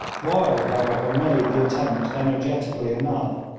wild, however, made the attempt energetically enough.